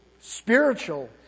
spiritual